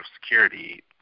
security